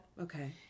Okay